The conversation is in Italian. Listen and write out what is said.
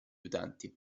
utenti